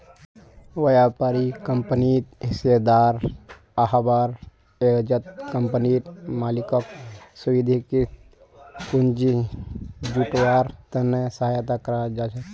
व्यापारी कंपनित हिस्सेदार हबार एवजत कंपनीर मालिकक स्वाधिकृत पूंजी जुटव्वार त न सहायता कर छेक